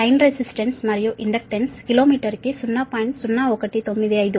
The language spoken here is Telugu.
లైన్ రెసిస్టన్స్ మరియు ఇండక్టన్స్ కిలోమీటరుకు 0